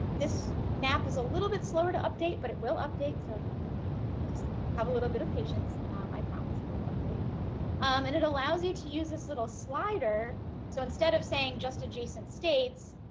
this map is a little bit slower to update but it will update so just have a little bit of patience i promise it will update and it allows you to use this little slider so instead of saying just adjacent states